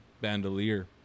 bandolier